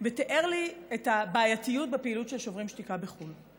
מחו"ל ותיאר לי את הבעייתיות בפעילות של שוברים שתיקה בחו"ל.